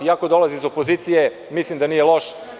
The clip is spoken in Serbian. Iako dolazi iz opozicije, mislim da nije loš.